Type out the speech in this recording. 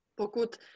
Pokud